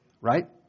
Right